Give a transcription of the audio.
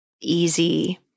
easy